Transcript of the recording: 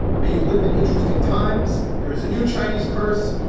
may you live in interesting times. there is a new chinese curse.